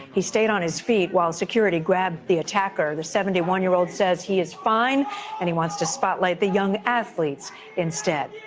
he stayed on his feet while security grabbed the attacker. the seventy one year old says he is fine and wants to spotlight the young athletes instead.